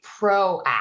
proactive